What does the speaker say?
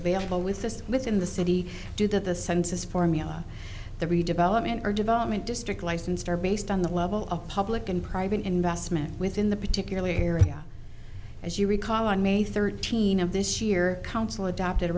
available with this within the city due to the census formula the redevelopment or development district licensed are based on the level of public and private investment within the particular area as you recall on may thirteenth of this year council adopted